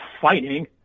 fighting